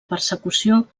persecució